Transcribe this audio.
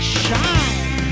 shine